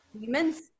humans